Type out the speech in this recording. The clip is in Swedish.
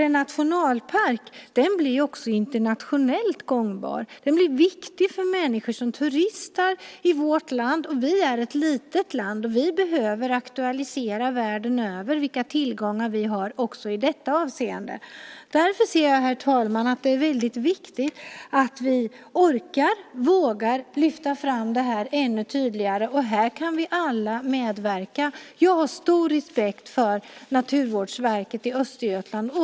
En nationalpark blir ju också internationellt gångbar. Den blir viktig för människor som turistar i vårt land. Vi är ett litet land, och vi behöver aktualisera, världen över, vilka tillgångar vi har också i detta avseende. Därför ser jag, herr talman, att det är väldigt viktigt att vi orkar och vågar lyfta fram det här ännu tydligare, och här kan vi alla medverka. Jag har stor respekt för Naturvårdsverket, i Östergötland.